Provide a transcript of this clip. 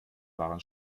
waren